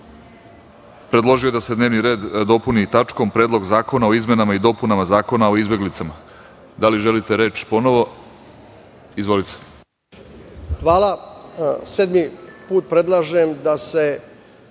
predložio je da se dnevni red dopuni tačkom – Predlog zakona o izmenama i dopunama Zakona o izbeglicama. Da li želite reč ponovo? Izvolite. **Miodrag Linta** Hvala. Sedmi put predlažem da se